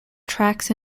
tracks